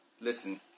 listen